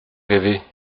rêver